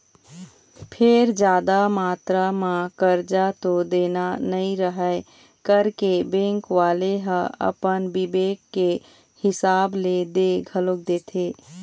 फेर जादा मातरा म करजा तो देना नइ रहय करके बेंक वाले ह अपन बिबेक के हिसाब ले दे घलोक देथे